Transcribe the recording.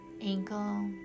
ankle